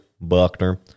Buckner